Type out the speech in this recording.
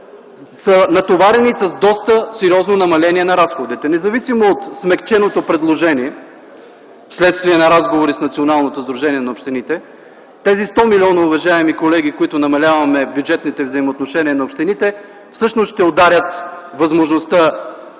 са натоварени с доста сериозно намаление на разходите независимо от смекченото предложение, следствие на разговори с Националното сдружение на общините. Тези 100 милиона, уважаеми колеги, с които намаляваме бюджетните взаимоотношения на общините всъщност ще ударят възможността